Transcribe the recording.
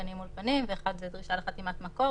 פנים מול פנים ואת זה דרישה לחתימת מקור,